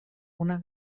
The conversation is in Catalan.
una